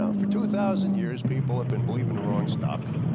ah for two thousand years people have been believing the wrong stuff.